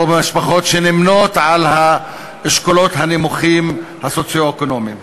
במשפחות שנמנות עם האשכולות הסוציו-אקונומיים הנמוכים.